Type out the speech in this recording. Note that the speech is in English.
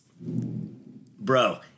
Bro